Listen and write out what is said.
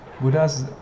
Buddhas